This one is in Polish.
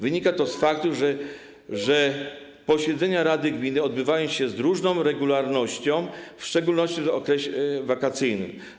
Wynika to z faktu, że posiedzenia rady gminy odbywają się z różną regularnością, w szczególności w okresie wakacyjnym.